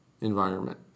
environment